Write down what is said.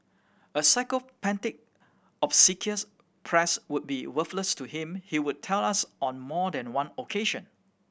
a sycophantic obsequious press would be worthless to him he would tell us on more than one occasion